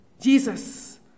Jesus